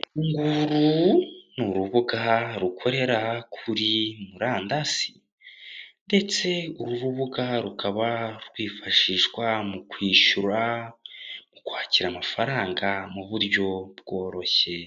Uru nguru ni urubuga rukorera kuri murandasi ndetse uru rubuga rukaba rwifashishwa mu kwishyura, mu kwakira amafaranga mu buryo bworoshye